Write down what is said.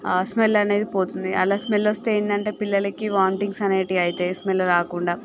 ఆ స్మెల్ అనేది పోతుంది అలా స్మెల్ వస్తే ఎంది అంటే పిల్లలకి వామ్థింగ్స్ అనేటి అవుతాయి స్మెల్ రాకుండా